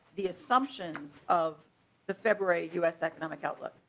the assumptions of the february us economic outlook.